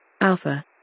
Alpha